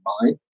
mind